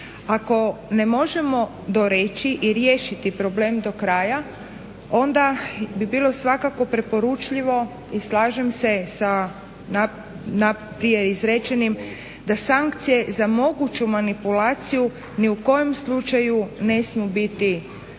Ako ne možemo doreći i riješiti problem do kraja onda bi bilo svakako preporučljivo i slažem se sa naprijed izrečenim da sankcije za moguću manipulaciju ni u kojem slučaju ne smiju biti